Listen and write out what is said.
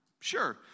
Sure